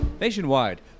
Nationwide